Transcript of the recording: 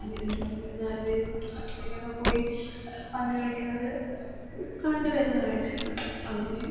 അങ്ങനെയൊരു പറമ്പിൽ നാല് പേരും ഒരു പത്തു പേരൊക്കെ കൂടി പന്തുകളിക്കുന്നത് കണ്ടുവരുന്ന കാഴ്ചയാണ് അങ്ങനെ